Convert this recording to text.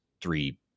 three